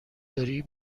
داری